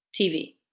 TV